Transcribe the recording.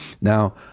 Now